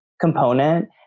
component